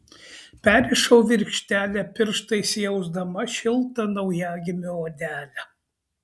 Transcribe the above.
perrišau virkštelę pirštais jausdama šiltą naujagimio odelę